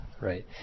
Right